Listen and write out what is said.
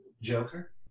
Joker